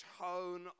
tone